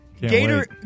Gator